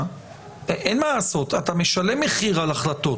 אין מה לעשות משלמים מחיר על החלטות